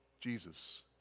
Jesus